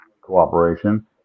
cooperation